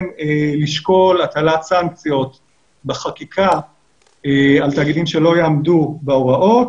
לשקול הטלת סנקציות בחקיקה על תאגידים שלא יעמדו בהוראות,